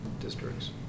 districts